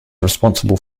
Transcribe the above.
responsible